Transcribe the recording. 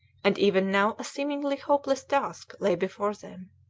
and even now a seemingly hopeless task lay before them.